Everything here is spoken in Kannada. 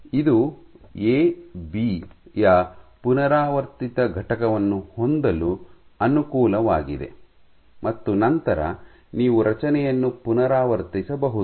ಇದು ಎ ಬಿ ಯ ಪುನರಾವರ್ತಿತ ಘಟಕವನ್ನು ಹೊಂದಲು ಅನುಕೂಲವಾಗಿದೆ ಮತ್ತು ನಂತರ ನೀವು ರಚನೆಯನ್ನು ಪುನರಾವರ್ತಿಸಬಹುದು